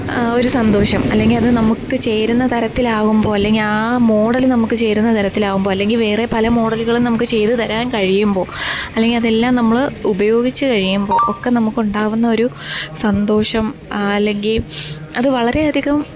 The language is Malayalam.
ഒരു സന്തോഷം അല്ലെങ്കിലത് നമുക്ക് ചേരുന്ന തരത്തിലാകുമ്പോൾ അല്ലെങ്കില് ആ മോഡല് നമുക്ക് ചേരുന്ന തരത്തിലാവുമ്പോൾ അല്ലെങ്കില് വേറെ പല മോഡലുകളും നമുക്ക് ചെയ്ത് തരാന് കഴിയുമ്പോൾ അല്ലെങ്കിൽ അതെല്ലാം നമ്മൾ ഉപയോഗിച്ച് കഴിയുമ്പോൾ ഒക്കെ നമുക്കുണ്ടാകുന്ന ഒരു സന്തോഷം ആല്ലെങ്കില് അത് വളരെയധികം